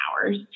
hours